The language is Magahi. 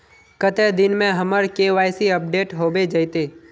कते दिन में हमर के.वाई.सी अपडेट होबे जयते?